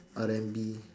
R and B